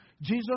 Jesus